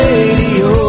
Radio